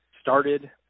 started